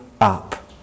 up